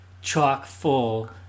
chock-full